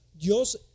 Dios